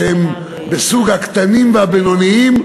שהם בסוג הקטנים והבינוניים,